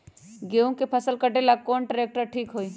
गेहूं के फसल कटेला कौन ट्रैक्टर ठीक होई?